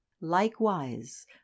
Likewise